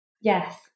yes